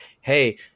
hey